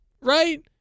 right